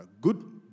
good